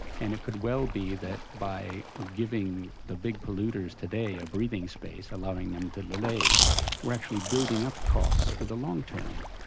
and it could well be that by giving the big polluters today a breathing space, allowing them to delay we're actually building up costs for the long term.